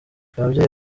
ababyeyi